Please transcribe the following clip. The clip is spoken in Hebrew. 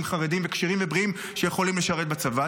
חרדים וכשירים ובריאים שיכולים לשרת בצבא.